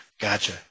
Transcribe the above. Gotcha